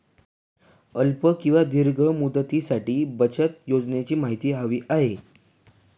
अल्प किंवा दीर्घ मुदतीसाठीच्या बचत योजनेची माहिती हवी आहे